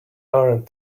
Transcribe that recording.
aren’t